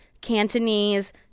Cantonese